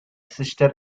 sister